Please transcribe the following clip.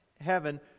heaven